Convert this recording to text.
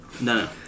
No